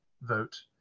vote